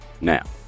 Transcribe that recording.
now